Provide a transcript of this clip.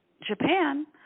Japan